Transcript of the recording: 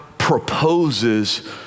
Proposes